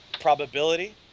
probability